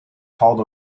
called